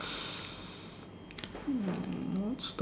hmm